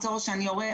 עצור או שאני יורה,